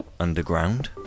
Underground